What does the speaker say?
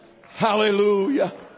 Hallelujah